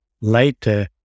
later